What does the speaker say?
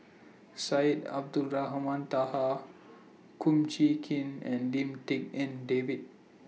Syed Abdulrahman Taha Kum Chee Kin and Lim Tik En David